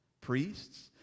priests